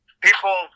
People